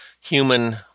human